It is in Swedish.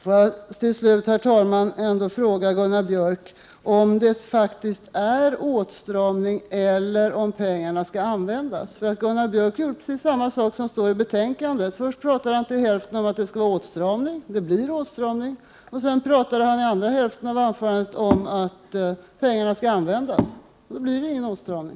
Får jag till slut, herr talman, ändå fråga Gunnar Björk om det faktiskt är åtstramning eller om pengarna skall användas. Gunnar Björk gör nämligen precis på samma sätt som man har gjort i betänkandet: först talar han om att det skall vara åtstramning, att det blir åtstramning, och sedan talar han om att pengarna skall användas. Då blir det ingen åtstramning.